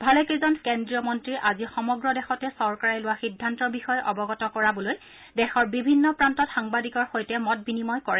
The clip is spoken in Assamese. ভালেকেইজন কেন্দ্ৰীয় মন্ত্ৰীয়ে আজি সমগ্ৰ দেশতে চৰকাৰে লোৱা সিদ্ধান্তৰ বিষয়ে অৱগত কৰাবলৈ দেশৰ বিভিন্ন প্ৰান্তত সাংবাদিকৰ সৈতে মত বিনিময় কৰিছে